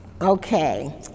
Okay